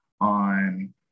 on